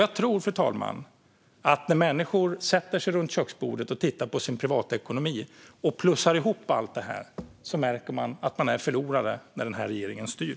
Jag tror att när människor sätter sig runt köksbordet och tittar på sin privatekonomi och plussar ihop allt märker de att de är förlorare när denna regering styr.